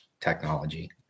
technology